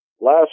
last